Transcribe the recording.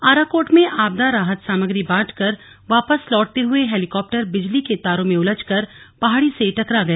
आराकोट में आपदा राहत सामग्री बांटकर वापस लौटते हुए हेलीकॉप्टर बिजली के तारों में उलझकर पहाड़ी से टकरा गया